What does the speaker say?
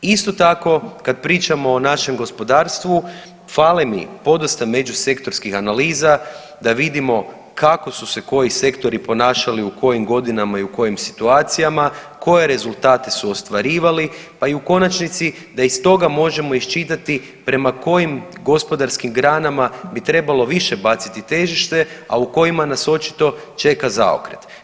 Isto tako, kad pričamo o našem gospodarstvu fale mi podosta međusektorskih analiza da vidimo kako su se koji sektori ponašali u kojim godinama i u kojim situacijama, ostvarivali, pa i u konačnici da iz toga možemo iščitati prema kojim gospodarskim granama bi trebalo više baciti težište, a u kojima nas očito čeka zaokret.